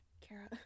Kara